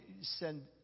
send